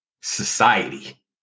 society